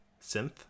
synth